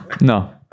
No